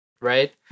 right